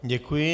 Děkuji.